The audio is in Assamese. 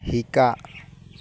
শিকা